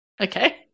Okay